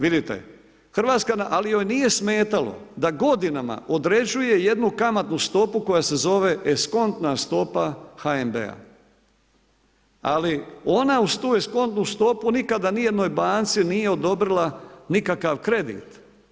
Vidite, ali joj nije smetalo da godinama određuje jednu kamatnu stopu koja se zove eskontna stopa HNB-a, ali ona uz tu eskontnu stopu nikada nijednoj banci nije odobrila nikakav kredit.